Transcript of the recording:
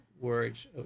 words